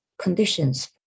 conditions